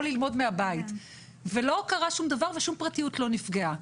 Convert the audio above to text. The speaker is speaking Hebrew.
ללמוד מהבית ולא קרה שום דבר ושום פרטיות לא נפגעה.